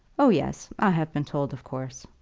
oh, yes i have been told, of course.